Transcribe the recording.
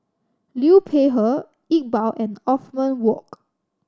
Liu Peihe Iqbal and Othman Wok